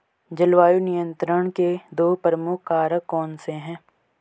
जलवायु नियंत्रण के दो प्रमुख कारक कौन से हैं?